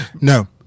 No